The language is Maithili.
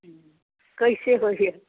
कैसे होइए